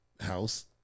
house